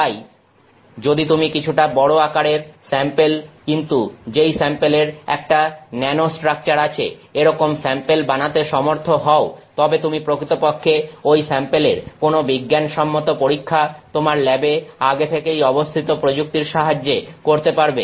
তাই যদি তুমি কিছুটা বড় আকারের স্যাম্পেল কিন্তু যেই স্যাম্পেলের একটা ন্যানোস্ট্রাকচার আছে এরকম স্যাম্পেল বানাতে সমর্থ হও তবে তুমি প্রকৃতপক্ষে ঐ স্যাম্পেলের কোন বিজ্ঞানসম্মত পরীক্ষা তোমার ল্যাবে আগে থেকেই অবস্থিত প্রযুক্তির সাহায্যে করতে পারবে